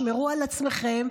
שמרו על עצמכם,